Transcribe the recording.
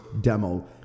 demo